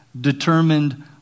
determined